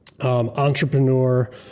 entrepreneur